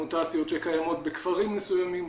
המוטציות שקיימות בכפרים מסוימים,